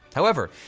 however,